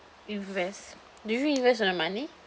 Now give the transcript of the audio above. invest do you invest on the money